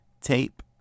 tape